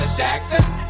Jackson